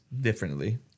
differently